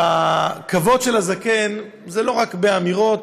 בכיבוד של הזקן הוא לא רק באמירות.